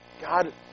God